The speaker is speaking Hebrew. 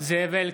זאב אלקין,